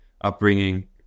upbringing